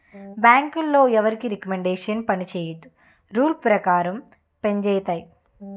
బ్యాంకులో ఎవరి రికమండేషన్ పనిచేయదు రూల్ పేకారం పంజేత్తాయి